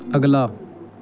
अगला